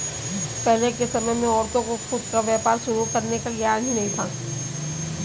पहले के समय में औरतों को खुद का व्यापार शुरू करने का ज्ञान ही नहीं था